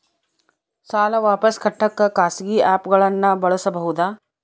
ಸಾಲ ವಾಪಸ್ ಕಟ್ಟಕ ಖಾಸಗಿ ಆ್ಯಪ್ ಗಳನ್ನ ಬಳಸಬಹದಾ?